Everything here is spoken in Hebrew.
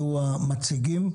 יהיו המציגים,